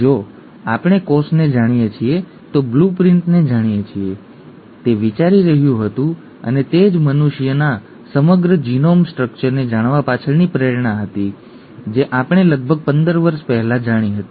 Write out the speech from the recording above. જો આપણે કોષને જાણીએ છીએ તે બ્લુપ્રિન્ટ ને જાણીએ છીએ ઠીક છે તે વિચારી રહ્યું હતું અને તે જ મનુષ્યના સમગ્ર જિનોમ સ્ટ્રક્ચરને જાણવા પાછળની પ્રેરણા હતી જે આપણે લગભગ 15 વર્ષ પહેલાં જાણી હતી